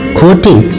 quoting